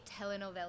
telenovela